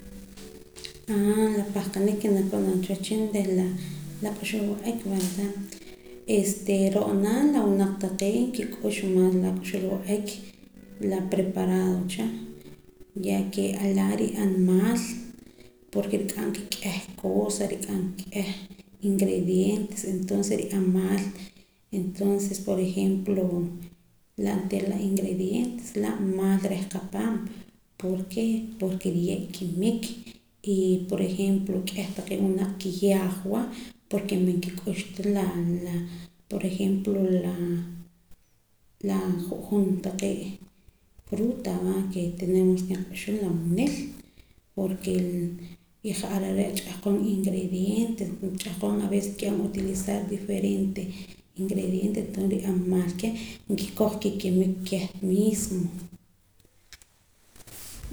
La pahqanik ke nab'anam cha wehchin reh la k'uxb'al wa'ak este ro'na la winaq taqee' nkik'ux maas la k'uxb'al wa'ak la preparado cha ya ke laa' nri'an maal porke nrik'am aka k'ieh cosa nrik'am aka k'ieh ingrediente entoces nri'an maal entoces por ejemplo la ateera la ingredientes laa' maal reh qapaam ¿por qué? Porke laa' nriye' kimik y por ejemplo k'ieh taqee' winaq kiyaajwa porke man nkik'ux ta la la ´por ejemplo la la ju'jun taqee' fruta va ke tenemos ke nqak'uxum la munil porke y ja'ar are' ch'ahqon ingredientes wula ch'ahqon nki'an utilizar diferente ingrediente entonce nri'an maal kieh nkikioj kikimik kieh mismo